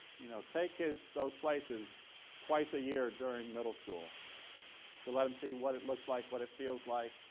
you know, take kids those places twice a year during middle school to let em see what it looks like, what it feels like,